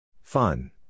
Fun